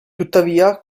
tuttavia